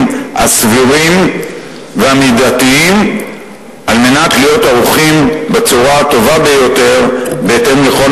הסבירים והמידתיים על מנת להיות ערוכים בצורה הטובה ביותר בהתאם לכל